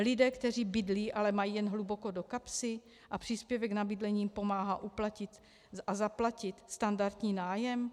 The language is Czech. Lidé, kteří bydlí, ale mají jen hluboko do kapsy a příspěvek na bydlení jim pomáhá zaplatit standardní nájem?